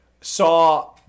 saw